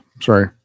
sorry